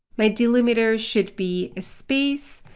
my delimiter should be a space.